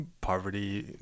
poverty